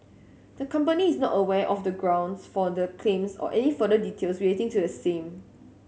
the company is not aware of the grounds for the claims or any further details relating to the same